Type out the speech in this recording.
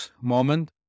moment